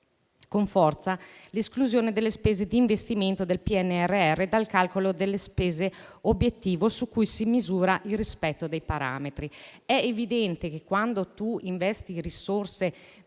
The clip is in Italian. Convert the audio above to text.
con forza l'esclusione delle spese di investimento del PNRR dal calcolo delle spese obiettivo su cui si misura il rispetto dei parametri. È evidente che, quando si investono